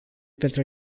pentru